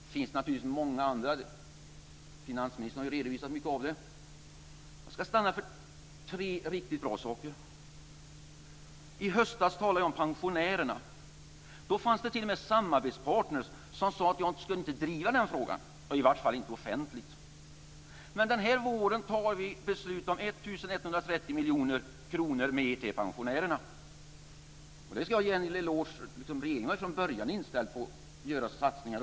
Det finns naturligtvis många andra. Finansministern har redovisat mycket av det. Jag ska stanna för tre riktigt bra saker. I höstas talade jag om pensionärerna. Då fanns det t.o.m. samarbetspartner som sade att jag inte skulle driva den frågan, i vart fall inte offentligt. Men den här våren fattar vi beslut om 1 130 miljoner kronor mer till pensionärerna. För det ska jag ge en eloge till regeringen, som från början var inställd på att göra satsningar.